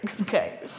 Okay